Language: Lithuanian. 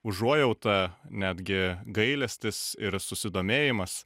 užuojauta netgi gailestis ir susidomėjimas